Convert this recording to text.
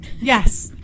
yes